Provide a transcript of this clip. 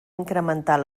incrementar